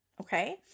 okay